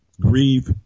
grieve